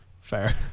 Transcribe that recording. Fair